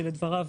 שלדבריו,